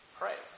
pray